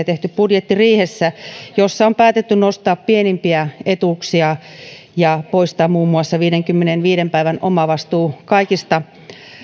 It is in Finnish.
tehty budjettiriihessä monia päätöksiä joissa on päätetty nostaa pienimpiä etuuksia ja päätettiin poistaa muun muassa viidenkymmenenviiden päivän omavastuu kaikista